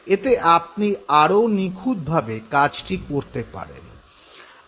এতে আপনি আরো নিখুঁতভাবে কাজটি করে যেতে পারেন